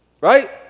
right